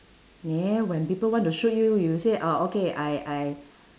neh when people want to shoot you you say orh okay I I